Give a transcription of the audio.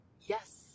yes